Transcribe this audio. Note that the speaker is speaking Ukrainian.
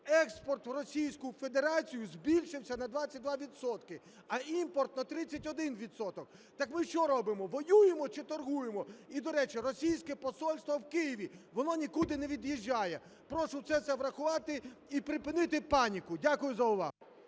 експорт в Російську Федерацію збільшився на 22 відсотки, а імпорт на 31 відсоток. Так ми що робимо - воюємо чи торгуємо? І, до речі, російське посольство в Києві, воно нікуди не від'їжджає. Прошу це все врахувати і припинити паніку. Дякую за увагу.